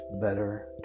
better